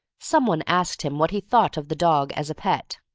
some one asked him what he thought of the dog as a pet.